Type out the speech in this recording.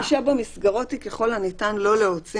הגישה במסגרות היא ככל הניתן לא להוציא